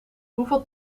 hoeveel